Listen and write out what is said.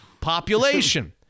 population